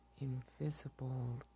invisible